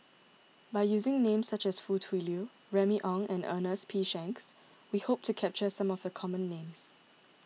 by using names such as Foo Tui Liew Remy Ong and Ernest P Shanks we hope to capture some of the common names